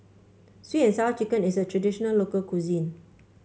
sweet and Sour Chicken is a traditional local cuisine